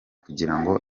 kugirango